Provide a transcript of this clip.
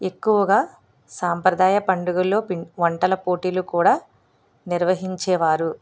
ఎక్కువగా సాంప్రదాయ పండుగలో వంటల పోటీలు కూడా నిర్వహించేవారు